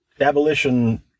abolition